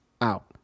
out